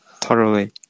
thoroughly